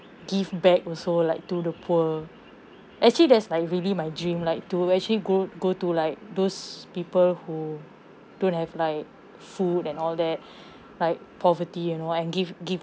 give back also like to the poor actually that's like really my dream like to actually go go to like those people who don't have like food and all that like poverty and all and give give